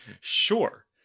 Sure